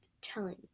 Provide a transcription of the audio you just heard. telling